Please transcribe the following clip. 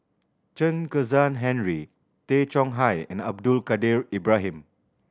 Chen Kezhan Henri Tay Chong Hai and Abdul Kadir Ibrahim